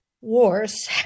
wars